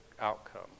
outcome